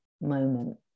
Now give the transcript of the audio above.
moment